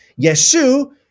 Yeshu